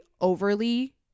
overly